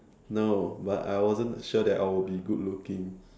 no but I wasn't sure that I will be good looking